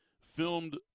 filmed